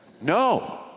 No